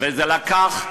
וזה לקח,